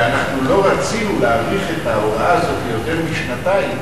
ואנחנו לא רצינו להאריך את ההוראה הזאת יותר משנתיים,